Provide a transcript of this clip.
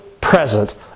present